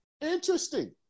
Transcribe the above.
Interesting